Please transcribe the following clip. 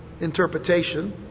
interpretation